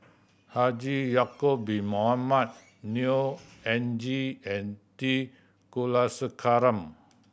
Haji Ya'acob Bin Mohamed Neo Anngee and T Kulasekaram